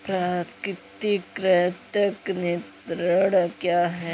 प्राकृतिक कृंतक नियंत्रण क्या है?